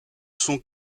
sont